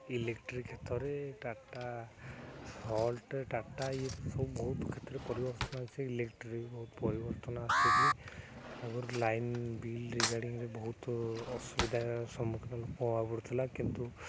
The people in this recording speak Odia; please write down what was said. ଇଲେକ୍ଟ୍ରି କ୍ଷେତ୍ରରେ ଟାଟା ସଲ୍ଟ ଟାଟା ଇଏରେ ସବୁ ବହୁତ କ୍ଷେତ୍ରରେ ପରିବର୍ତ୍ତନ ଆସି ଇଲେକ୍ଟ୍ରି ବହୁତ ପରିବର୍ତ୍ତନ ଆସିଛି ଆଗରୁ ଲାଇନ ବିଲ୍ ରିଗାର୍ଡ଼ିଂରେ ବହୁତ ଅସୁବିଧା ସମ୍ମୁଖୀନ ହବାକୁ ପଡ଼ୁଥିଲା କିନ୍ତୁ